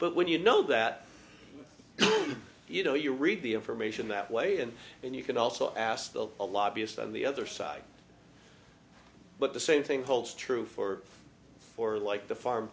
but when you know that you know you read the information that way and then you can also ask the a lobbyist on the other side but the same thing holds true for or like the farm